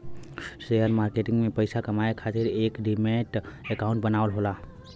share market में पइसा कमाये खातिर एक डिमैट अकांउट बनाना होला